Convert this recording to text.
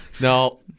No